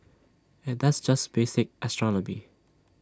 and that's just basic astronomy